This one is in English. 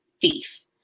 thief